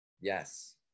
Yes